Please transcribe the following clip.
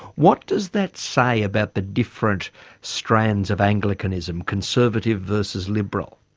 what does that say about the different strands of anglicanism, conservative versus liberal?